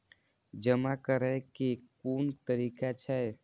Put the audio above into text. जमा करै के कोन तरीका छै?